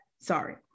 Sorry